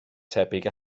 tebyg